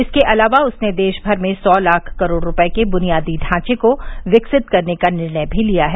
इसके अलावा उसने देश भर में सौ लाख करोड़ रूपये के बुनियादी ढांचे को विकसित करने का निर्णय भी लिया है